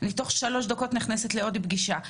אני תוך שלוש דקות נכנסת לעוד פגישה.